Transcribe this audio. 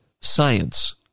science